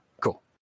Cool